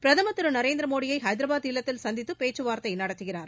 பிரதமர் திரு நரேந்திர மோடியை ஐதராபாத் இல்லத்தில் சந்தித்து பேச்சுவார்த்தை நடத்துகிறார்